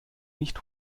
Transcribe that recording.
nicht